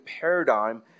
paradigm